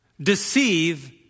deceive